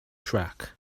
track